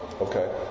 Okay